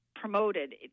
promoted